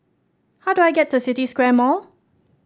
how do I get to City Square Mall